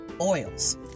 oils